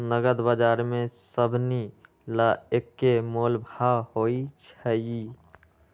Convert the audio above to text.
नगद बजार में सभनि ला एक्के मोलभाव होई छई